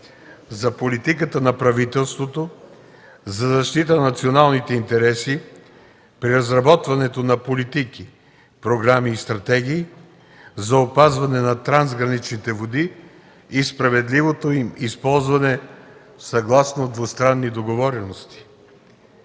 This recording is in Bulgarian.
„За политиката на правителството за защита на националните интереси при разработването на политики, програми и стратегии за опазване на трансграничните води и справедливото им използване съгласно двустранните договорености”.